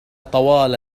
طوال